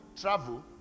travel